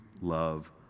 love